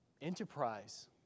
enterprise